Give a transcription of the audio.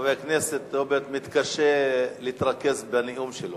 חבר הכנסת רוברט מתקשה להתרכז בנאום שלו.